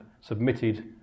submitted